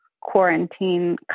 quarantine